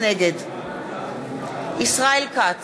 נגד ישראל כץ,